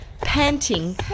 panting